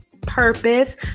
purpose